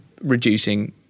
reducing